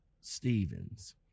Stevens